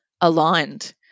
aligned